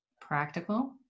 Practical